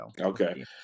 Okay